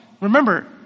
Remember